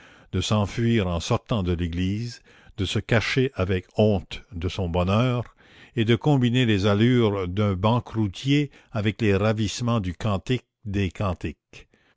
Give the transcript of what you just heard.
de s'enfuir en sortant de l'église de se cacher avec honte de son bonheur et de combiner les allures d'un banqueroutier avec les ravissements du cantique des cantiques